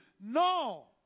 No